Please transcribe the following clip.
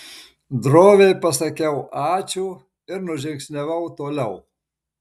droviai pasakiau ačiū ir nužingsniavau toliau